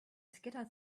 scattered